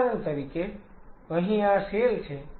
ઉદાહરણ તરીકે અહીં આ સેલ છે